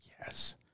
yes